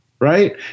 Right